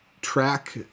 track